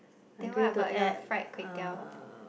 then what about your fried-kway-teow